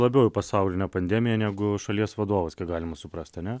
labiau į pasaulinę pandemiją negu šalies vadovas kiek galima suprasti ane